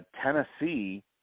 Tennessee